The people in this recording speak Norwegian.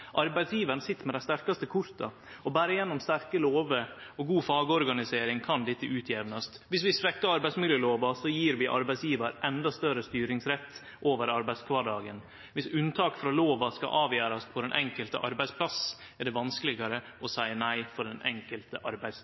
Arbeidsgjevaren sit med dei sterkaste korta, og berre gjennom sterke lover og god fagorganisering kan dette bli jamna ut. Viss vi svekkjer arbeidsmiljølova, gjev vi arbeidsgjevar endå større styringsrett over arbeidskvardagen. Viss unntak frå lova skal bli avgjorde på den enkelte arbeidsplassen, er det vanskelegare å seie nei for den enkelte